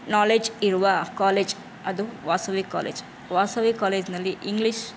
knowledge ಇರುವ college ಅದು Vasavi college Vasavi ಕಾಲೇಜಿನಲ್ಲಿ ಇಂಗ್ಲಿಷ್